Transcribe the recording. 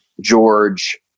George